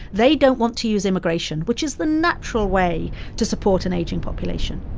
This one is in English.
they don't want to use immigration, which is the natural way to support an aging population.